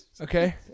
Okay